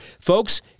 Folks